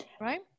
right